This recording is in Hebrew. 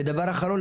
דבר אחרון,